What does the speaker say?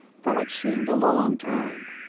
for what seemed a long time.